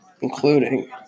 including